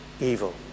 evil